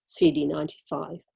CD95